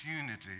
unity